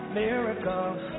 miracles